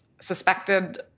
suspected